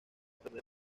perder